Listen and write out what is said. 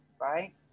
right